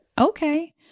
okay